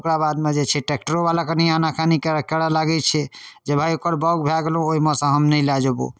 तऽ ओकरा बादमे जे छै ट्रैक्टरोवला कनि आनाकानी करऽ लागै छै जे भाइ ओकर बाउग भऽ गेलौ ओहिमेसँ हम नहि लऽ जेबौ